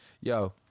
Yo